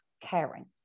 caring